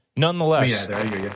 Nonetheless